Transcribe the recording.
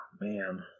man